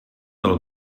del